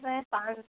नहीं पाँच सौ